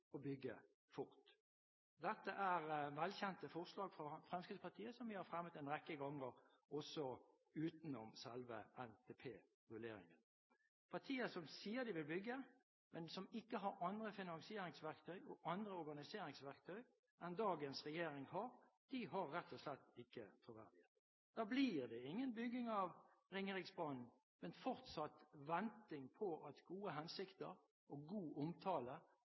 bygge fort. Dette er velkjente forslag fra Fremskrittspartiet, som vi har fremmet en rekke ganger også utenom selve NTP-rulleringen. Partier som sier de vil bygge, men som ikke har andre finansieringsverktøy og organiseringsverktøy enn de dagens regjering har, har rett og slett ikke troverdighet. Da blir det ingen bygging av Ringeriksbanen, men fortsatt venting på at gode hensikter og god omtale